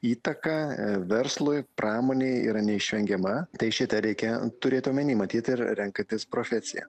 įtaka verslui pramonei yra neišvengiama tai šitą reikia turėt omeny matyt ir renkantis profesiją